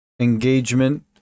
engagement